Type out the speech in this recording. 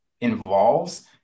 involves